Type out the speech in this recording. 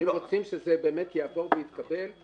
אם רוצים שזה יעבור ויתקבל,